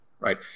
right